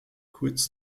kurz